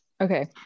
Okay